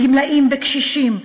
גמלאים וקשישים,